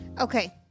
Okay